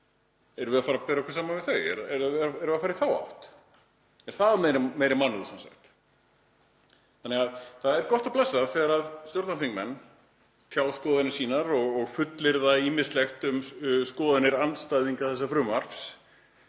Erum við að fara að bera okkur saman við þau? Erum við að fara í þá átt? Er það meiri mannúð? Það er gott og blessað þegar stjórnarþingmenn tjá skoðanir sínar og fullyrða ýmislegt um skoðanir andstæðinga þessa frumvarps